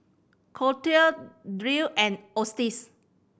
Colette Derl and Otis